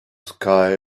sky